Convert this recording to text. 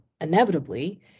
inevitably